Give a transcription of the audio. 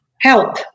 help